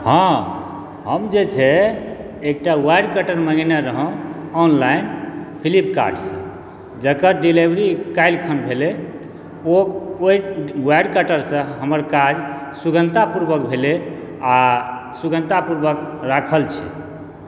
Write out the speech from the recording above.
हँ हम जे छै एकटा वायर कटर मंगेने रहौं ऑनलाइन फ्लिप्कार्ट सऽ जकर डिलीवरी काल्हि खन भेलै ओ ओहि वायर कटर सऽ हमर काज सुगमता पूर्वक भेलै आ सुगमता पूर्वक राखल छै